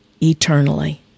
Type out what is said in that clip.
eternally